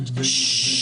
8,